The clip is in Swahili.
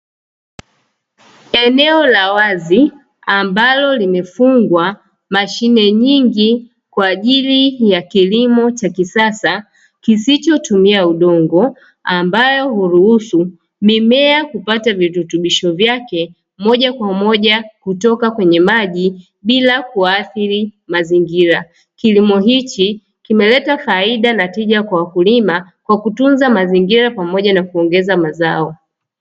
Eneo la wazi ambalo limefungwa mashine nyingi kwa ajili ya kilimo cha kisasa kisichotumia udongo, ambayo huruhusu mimea kupata virutubisho vyake moja Kwa moja kutoka kwenye maji bila kuathiri mazingira. Kilimo hiki kimeleta faida na tija kwa wakulima kwa kutunza mazingira pamoja na kuongeza mazao.